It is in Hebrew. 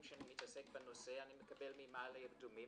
שאני מתעסק בנושא אני מקבל ממעלה אדומים,